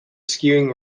skiing